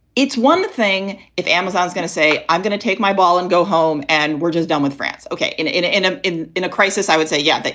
it's one thing if amazon is going to say, i'm going to take my ball and go home and we're just done with france. ok. in in a in ah in a crisis, i would say, yeah, like